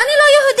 ואני לא יהודית,